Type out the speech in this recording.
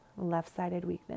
leftsidedweakness